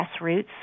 grassroots